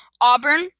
Auburn